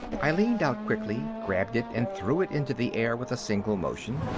i leaned out quickly, grabbed it and threw it into the air with a single motion.